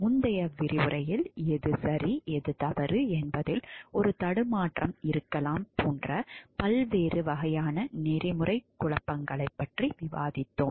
முந்தைய விரிவுரையில் எது சரி எது தவறு என்பதில் ஒரு தடுமாற்றம் இருக்கலாம் போன்ற பல்வேறு வகையான நெறிமுறை குழப்பங்களைப் பற்றி விவாதித்தோம்